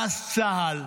ואז צה"ל,